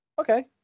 Okay